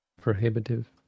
prohibitive